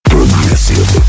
Progressive